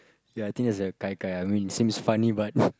ya I think there's a kai kai I mean seems funny but